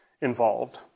involved